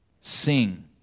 Sing